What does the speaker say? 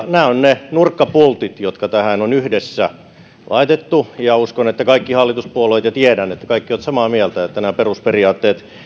nämä ovat ne nurkkapultit jotka tähän on yhdessä laitettu ja uskon että kaikki hallituspuolueet ja tiedän ovat samaa mieltä että näiden perusperiaatteiden